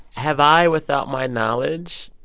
have i, without my knowledge,